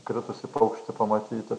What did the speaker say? kritusį paukštį pamatytų